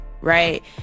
right